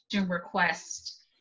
request